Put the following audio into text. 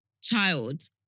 child